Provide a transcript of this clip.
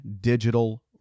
digital